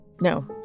No